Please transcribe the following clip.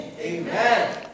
Amen